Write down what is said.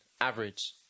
Average